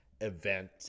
event